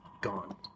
gone